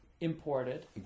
imported